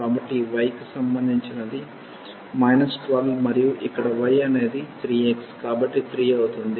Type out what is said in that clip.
కాబట్టి ఈ y కి సంబంధించినది 12 మరియు ఇక్కడ y అనేది 3x కాబట్టి 3 అవుతుంది